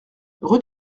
rue